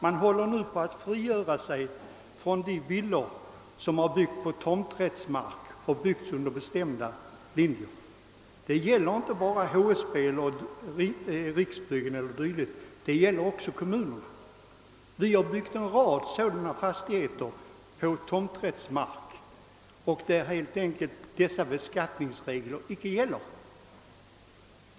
Man håller på sina håll nu på att söka frigöra villor som på vissa bestämda villkor och stadgar byggts på tomträttsmark. Detta gäller inte bara villor uppförda av HSB, Riksbyggen eller liknande företag utan även av kommunerna uppförda småhus. Det har byggts en rad sådana fastigheter på tomträttsmark, för vilka reglerna om avdrag vid beskattningen — i likhet med friköpta sådana villor — helt enkelt icke gäller.